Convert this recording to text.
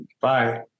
Bye